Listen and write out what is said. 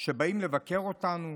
שבאים לבקר אותנו,